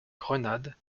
grenade